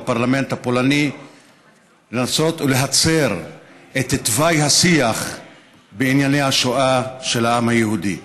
בפרלמנט הפולני לנסות ולהצר את תוואי השיח בענייני השואה של העם היהודי.